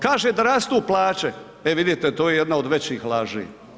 Kaže da rastu plaće, e vidite to je jedna od većih laži.